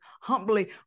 humbly